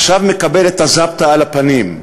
עכשיו מקבל את הזפטה על הפנים.